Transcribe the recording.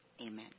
Amen